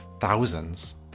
thousands